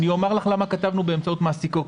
אני אומר לך למה כתבנו באמצעות מעסיקו.